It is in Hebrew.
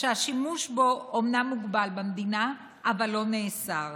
שהשימוש בו אומנם מוגבל במדינה, אבל לא נאסר.